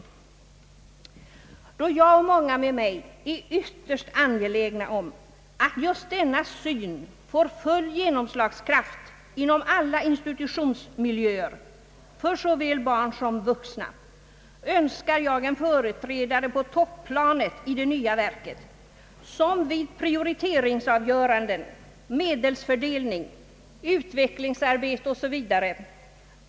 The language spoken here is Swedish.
Då jag och många med mig är ytterst angelägna om att just denna syn får full genomslagskraft inom alla institutionsmiljöer för såväl barn som vuxna, önskar jag en företrädare på topplanet i det nya verket som vid prioteringsavgöranden, medelsfördelning, utvecklingsarbete 0. sS. Vv.